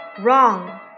wrong